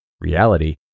Reality